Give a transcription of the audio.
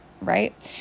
right